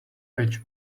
patch